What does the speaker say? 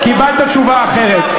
קיבלת תשובה אחרת.